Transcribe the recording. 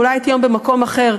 אולי הייתי היום במקום אחר,